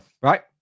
right